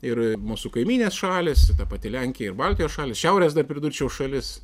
ir mūsų kaimynės šalys ta pati lenkija ir baltijos šalys šiaurės dar pridurčiau šalis